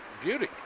beauty